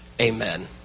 Amen